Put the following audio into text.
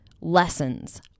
lessons